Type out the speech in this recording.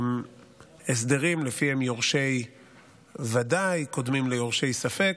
הסדרים שלפיהם יורשי ודאי קודמים ליורשי ספק.